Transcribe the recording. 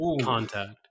contact